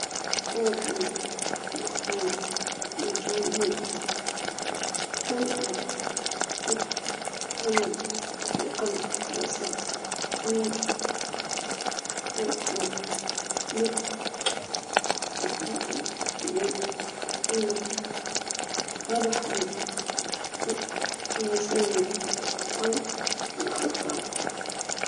نفضل الطهي بالمنزل، لأنه يعطيك فرصة للتحكم في جودة الطعام والمكونات، ويعطي طابع أكثر حميمية وراحة، وأيضًا يسهل الحفاظ على النظام الغذائي الصحي.